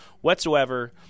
whatsoever